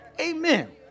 Amen